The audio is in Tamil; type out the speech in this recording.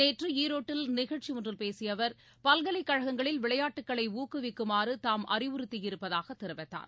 நேற்று ஈரோட்டில் நிகழ்ச்சி ஒன்றில் பேசிய அவர் பல்கலைக்கழகங்களில் விளையாட்டுக்களை ஊக்குவிக்குமாறு தாம் அறிவுறுத்தியிருப்பதாக தெரிவித்தார்